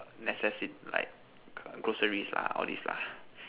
necessity like groceries lah all these lah